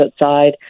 outside